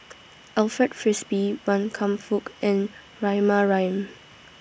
Alfred Frisby Wan Kam Fook and Rahimah Rahim